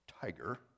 tiger